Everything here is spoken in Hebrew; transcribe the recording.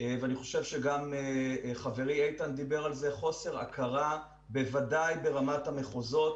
ואני חושב שגם חברי איתן דיבר על זה בוודאי ברמת המחוזות,